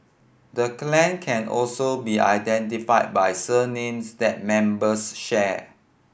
the clan can also be identified by surnames that members share